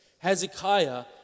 Hezekiah